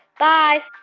bye